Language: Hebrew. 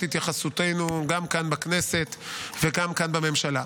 התייחסותנו גם כאן בכנסת וגם כאן בממשלה.